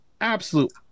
absolute